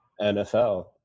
NFL